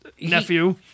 nephew